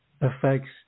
affects